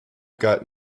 got